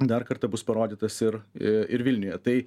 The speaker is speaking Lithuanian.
dar kartą bus parodytas ir ir vilniuje tai